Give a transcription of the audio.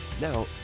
Now